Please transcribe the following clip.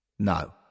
No